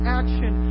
action